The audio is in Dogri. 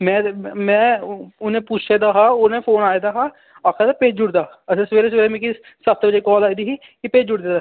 में ते में उ'नें पुच्छे दा हा हूनै फोन आए दा हा आक्खै दे हे भेज्जी ओड़े दा अच्छा सवेरे सवेरे सत्त बजे मिकी काल आई दी ही के भेज्जी ओड़े दा ऐ